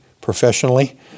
professionally